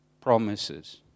promises